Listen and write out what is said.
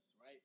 right